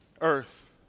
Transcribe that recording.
earth